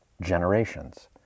generations